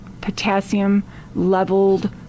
potassium-leveled